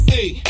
Hey